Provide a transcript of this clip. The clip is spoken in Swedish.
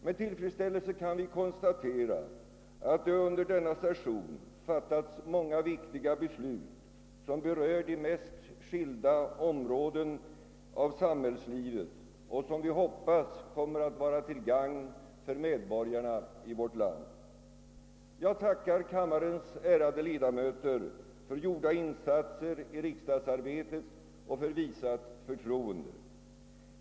Med tillfredsställelse kan vi konstatera att det under denna session fattats många viktiga beslut, som berör de mest skilda områden av samhällslivet och som vi hoppas kommer att vara till gagn för medborgarna i vårt land. Jag tackar kammarens ärade ledamöter för gjorda insatser i riksdagsarbetet och för visat förtroende.